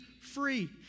free